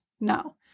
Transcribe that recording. No